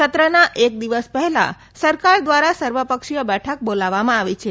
સત્રના એક દિવસ પહેલા સરકાર દ્વારા સર્વપક્ષીય બેઠક બોલાવવામાં આવી છે